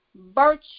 virtue